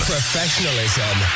Professionalism